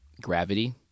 Gravity